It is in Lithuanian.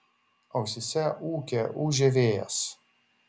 ausyse ūkė ūžė vėjas